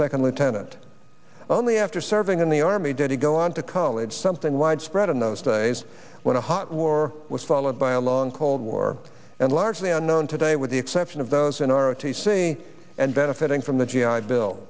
second lieutenant only after serving in the army did he go on to college something widespread in those days when a hot war was followed by a long cold war and largely unknown today with the exception of those in our o t c and benefiting from the g i bill